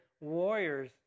warriors